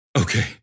Okay